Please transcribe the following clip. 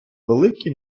великі